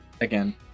again